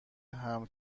حمل